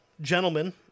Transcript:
gentlemen